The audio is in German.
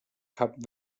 kap